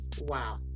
Wow